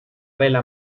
vela